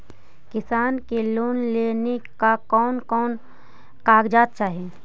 किसान के लोन लेने ला कोन कोन कागजात चाही?